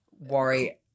worry